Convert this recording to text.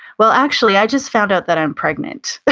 well, actually i just found out that i'm pregnant.